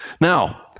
Now